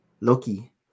Loki